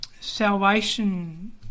salvation